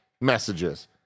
messages